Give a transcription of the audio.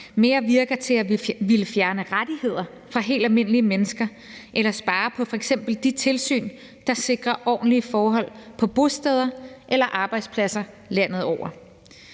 mere virker til at ville fjerne rettigheder fra helt almindelige mennesker eller spare på f.eks. de tilsyn, der sikrer ordentlige forhold på bosteder eller arbejdspladser landet over.